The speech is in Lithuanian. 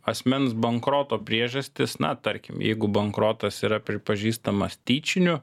asmens bankroto priežastis na tarkim jeigu bankrotas yra pripažįstamas tyčiniu